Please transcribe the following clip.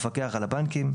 המפקח על הבנקים,